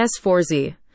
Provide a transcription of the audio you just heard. S4Z